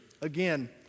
Again